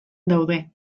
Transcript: daude